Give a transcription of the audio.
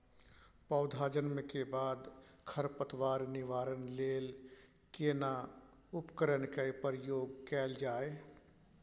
पौधा जन्म के बाद खर पतवार निवारण लेल केना उपकरण कय प्रयोग कैल जाय?